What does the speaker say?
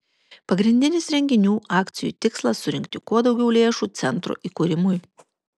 pagrindinis renginių akcijų tikslas surinkti kuo daugiau lėšų centro įkūrimui